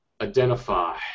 identify